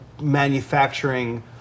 manufacturing